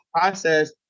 process